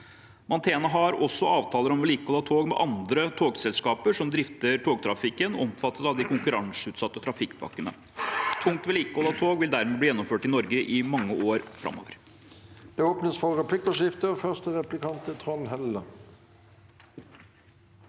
Mantena har også avtaler om vedlikehold av tog med andre togselskaper som drifter togtrafikken omfattet av de konkurranseutsatte trafikkpakkene. Tungt vedlikehold av tog vil dermed bli gjennomført i Norge i mange år framover.